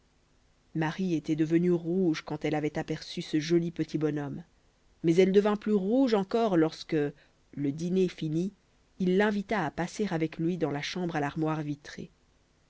marie était devenue fort rouge quand elle avait aperçu ce joli petit bonhomme mais elle devint plus rouge encore lorsque le dîner fini il l'invita à passer avec lui dans la chambre à l'armoire vitrée